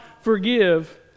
forgive